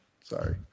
Sorry